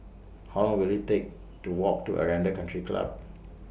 How Long Will IT Take to Walk to Aranda Country Club